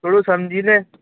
થોડું સમજીને